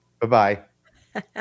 Bye-bye